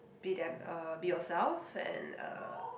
be them uh be yourselves and uh